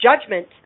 judgment